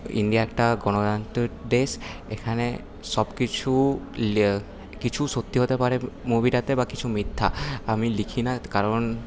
India একটা গনতান্ত্রিক দেশ এখানে সবকিছু কিছু সত্যি হতে পারে মুভিটাতে বা কিছু মিথ্যা আমি লিখি না কারণ